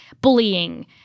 bullying